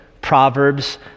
Proverbs